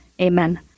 Amen